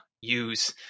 use